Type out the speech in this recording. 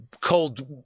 cold